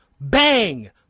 bang